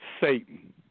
Satan